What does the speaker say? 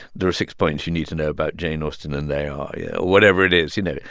there are six points you need to know about jane austen. and they are yeah whatever it is, you know?